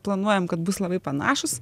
planuojam kad bus labai panašūs